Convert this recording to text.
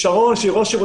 בשונה מיושב-ראש הוועדה,